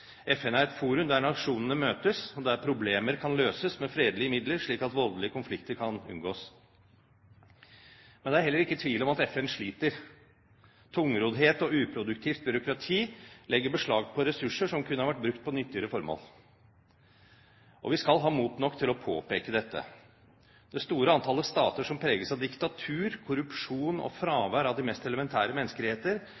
FN er et forum der nasjonene møtes, og der problemer kan løses med fredelige midler, slik at voldelige konflikter kan unngås. Men det er heller ikke tvil om at FN sliter. Tungroddhet og uproduktivt byråkrati legger beslag på ressurser som kunne ha vært brukt på nyttigere formål. Vi skal ha mot nok til å påpeke dette. Det store antallet stater som preges av diktatur, korrupsjon og